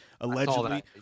allegedly –